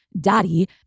daddy